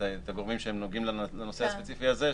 לישיבה הבאה את הגורמים שנוגעים לנושא הספציפי הזה,